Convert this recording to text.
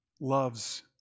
loves